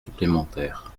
supplémentaires